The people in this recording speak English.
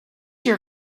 your